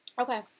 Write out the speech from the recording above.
Okay